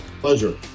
Pleasure